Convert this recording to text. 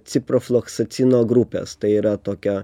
ciprofloksacino grupės tai yra tokia